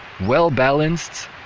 well-balanced